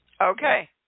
Okay